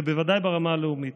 ובוודאי ברמה הלאומית.